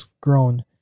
grown